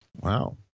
Wow